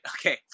okay